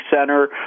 center